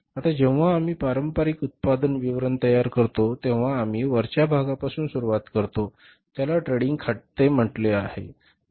आता जेव्हा आम्ही पारंपारिक उत्पन्न विवरण तयार करतो तेव्हा आम्ही वरच्या भागापासून सुरुवात करतो त्याला ट्रेडिंग खाते म्हटले जाते